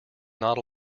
not